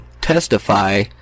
testify